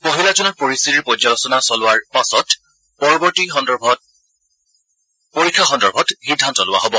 পহিলা জুনত পৰিস্থিতিৰ পৰ্যালোচনা চলোৱাৰ পাছত পৰীক্ষা সন্দৰ্ভত সিদ্ধান্ত লোৱা হ'ব